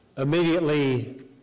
Immediately